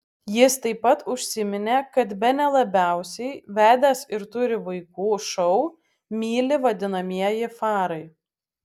jis taip pat užsiminė kad bene labiausiai vedęs ir turi vaikų šou myli vadinamieji farai